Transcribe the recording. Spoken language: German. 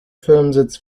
firmensitz